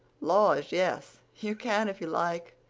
laws, yes, you can if you like.